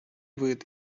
вид